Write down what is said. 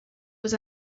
was